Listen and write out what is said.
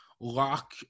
lock